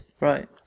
Right